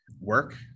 work